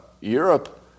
Europe